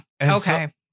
Okay